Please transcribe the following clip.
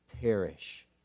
perish